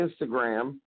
Instagram